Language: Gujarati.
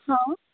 હં